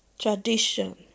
tradition